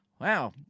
wow